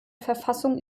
verfassung